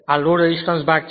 આ load resistance ભાગ છે